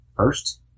First